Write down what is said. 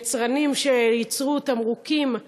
יצרנים שייצרו תמרוקים,